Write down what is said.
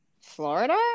Florida